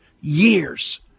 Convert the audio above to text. years